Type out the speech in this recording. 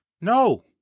No